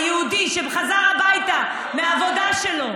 יהודי שחזר הביתה מהעבודה שלו.